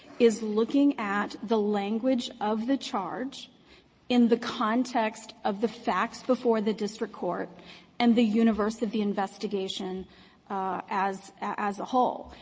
is looking at the language of the charge in the context of the facts before the district court and the universe of the investigation as as a whole.